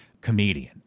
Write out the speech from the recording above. comedian